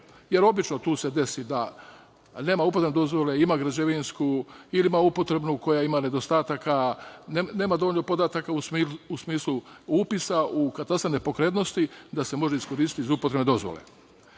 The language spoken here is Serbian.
jer obično se tu desi da nema upotrebne dozvole, a ima građevinsku, ili ima upotrebnu koja ima nedostataka, nema dovoljno podataka u smislu upisa u katastar nepokretnosti da se može iskoristiti iz upotrebne dozvole.